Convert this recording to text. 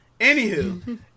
anywho